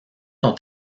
ont